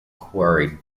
quarried